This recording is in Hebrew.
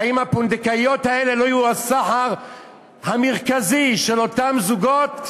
האם הפונדקאיות האלה לא יהיו הסחר המרכזי של אותם זוגות?